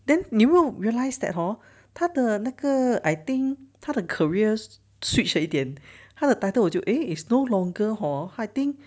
then you 没有 realise that hor 他的那个 I think 他的 careers switched 了一点他的 title 就 eh is no longer hor I think